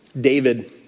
David